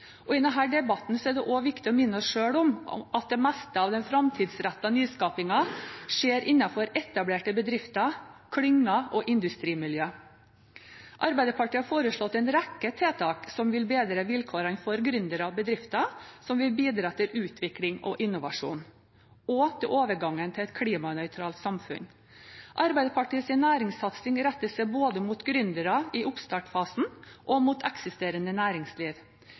å minne oss selv om at det meste av den framtidsrettede nyskapingen skjer innenfor etablerte bedrifter, klynger og industrimiljøer. Arbeiderpartiet har foreslått en rekke tiltak som vil bedre vilkårene for gründere og bedrifter som vil bidra til utvikling og innovasjon – og til overgangen til et klimanøytralt samfunn. Arbeiderpartiets næringssatsing retter seg både mot gründere i oppstartsfasen og mot eksisterende næringsliv.